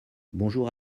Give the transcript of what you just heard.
bonjour